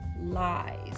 lies